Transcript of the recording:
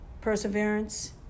perseverance